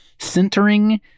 centering